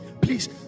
please